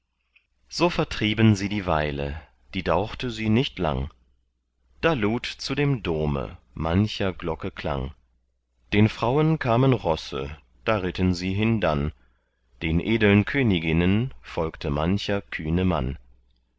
so vertrieben sie die weile die dauchte sie nicht lang da lud zu dem dome mancher glocke klang den frauen kamen rosse da ritten sie hindann den edeln königinnen folgte mancher